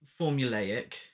formulaic